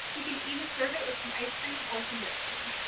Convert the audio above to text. you can even serve it with some ice cream or some whipped cream.